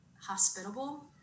hospitable